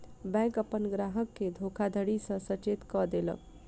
bank अपन ग्राहक के धोखाधड़ी सॅ सचेत कअ देलक